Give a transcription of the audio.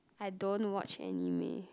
I don't watch anime